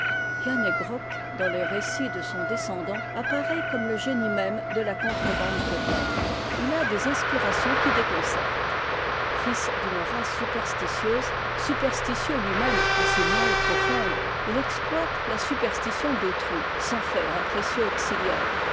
dans les récits de son descendant apparaît comme le génie même de la contrebande bretonne il a des inspirations qui déconcertent fils d'une race superstitieuse superstitieux lui-même en ses moelles profondes il exploite la superstition d'autrui s'en fait un précieux auxiliaire